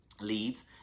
leads